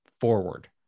forward